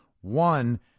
one